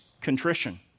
contrition